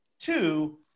Two –